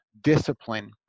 discipline